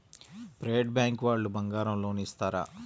Private bank వాళ్ళు బంగారం loan ఇస్తారా?